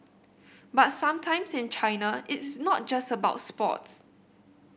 but sometimes in China it's not just about sports